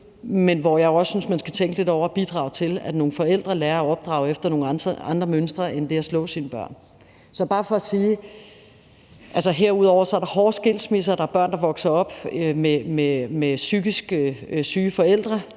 men jeg synes også, at man skal tænke lidt over at bidrage til, at nogle forældre lærer at opdrage efter nogle andre mønstre end det at slå sine børn. Så det er bare for at sige, at herudover er der hårde skilsmisser, der er børn, der vokser op med psykisk syge forældre,